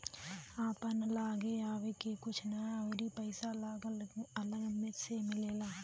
आपन लागे आवे के कुछु ना अउरी पइसा अलग से मिलेला